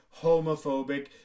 homophobic